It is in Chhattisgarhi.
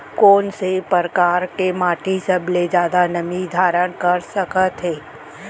कोन से परकार के माटी सबले जादा नमी धारण कर सकत हे?